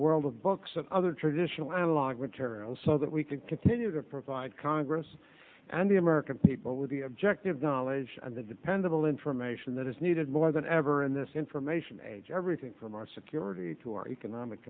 world of books and other traditional analog materials so that we can continue to provide congress and the american people with the objective knowledge and the dependable information that is needed more than ever in this information age everything from our security to our economic